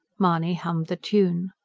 mahony hummed the tune.